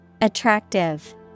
Attractive